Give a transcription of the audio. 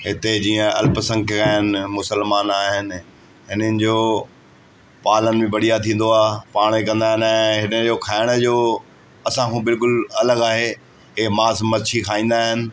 हिते जीअं अल्पसंख्य आहिनि मुसलमान आहिनि हिननि जो पालन बि बढ़िया थींदो आहे पाणे ई कंदा आहिनि ऐं हिन जो खाइण जो असांखो बिल्कुलु अलॻि आहे इहे मास मच्छी खाईंदा आहिनि